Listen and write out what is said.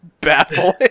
baffling